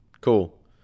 cool